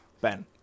Ben